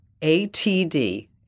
ATD